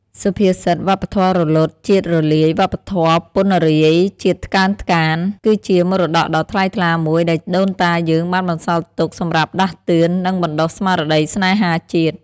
សុភាសិត «វប្បធម៌រលត់ ជាតិរលាយ វប្បធម៌ពណ្ណរាយ ជាតិថ្កើងថ្កាន» គឺជាមរតកដ៏ថ្លៃថ្លាមួយដែលដូនតាយើងបានបន្សល់ទុកសម្រាប់ដាស់តឿន និងបណ្ដុះស្មារតីស្នេហាជាតិ។